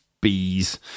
bees